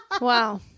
Wow